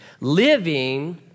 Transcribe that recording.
living